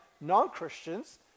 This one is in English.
non-Christians